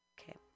okay